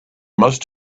must